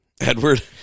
Edward